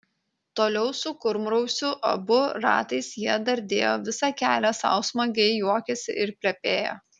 toliau su kurmrausiu abu ratais jie dardėjo visą kelią sau smagiai juokėsi ir plepėjo